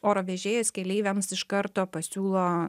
oro vežėjas keleiviams iš karto pasiūlo